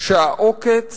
שהעוקץ